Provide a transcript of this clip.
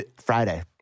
Friday